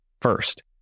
first